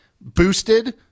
boosted